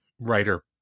writer